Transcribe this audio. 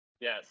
yes